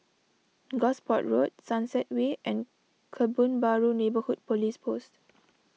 Gosport Road Sunset Way and Kebun Baru Neighbourhood Police Post